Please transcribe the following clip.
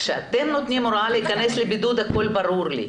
כשאתם נותנים הוראה להיכנס לבידוד, הכול ברור לי.